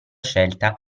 scelta